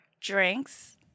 drinks